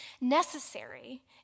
necessary